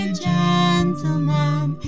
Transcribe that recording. gentleman